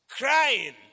crying